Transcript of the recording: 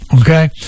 Okay